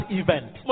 event